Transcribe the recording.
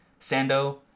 Sando